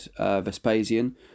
Vespasian